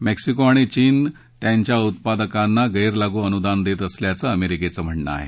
Mexico आणि चीन त्यांच्या उत्पादकांना गैरलागू अनुदान देत असल्याचं अमेरिकेचं म्हणणं आहे